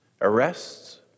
Arrests